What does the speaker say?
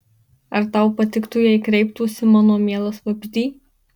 ar tau patiktų jei kreiptųsi mano mielas vabzdy